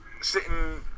sitting